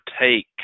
take